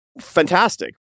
fantastic